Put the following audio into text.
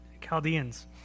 Chaldeans